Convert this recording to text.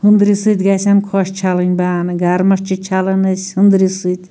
ہُنٛدرِ سۭتۍ گژھیٚن خۄش چھَلٕنۍ بانہٕ گرمَس چھِ چھَلان أسۍ ہُنٛدرِ سۭتۍ